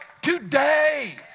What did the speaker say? today